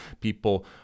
people